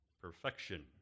perfection